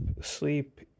sleep